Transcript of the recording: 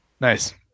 Nice